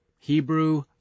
Hebrew